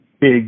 big